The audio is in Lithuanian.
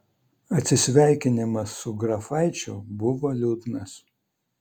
atsisveikinimas su grafaičiu buvo liūdnas